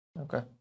Okay